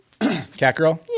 Catgirl